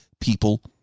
people